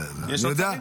--- יש עוד שרים?